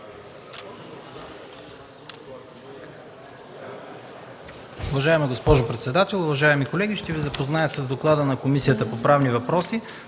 Уважаема госпожо председател, уважаеми колеги! Ще Ви запозная с: „ДОКЛАД на Комисията по правни въпроси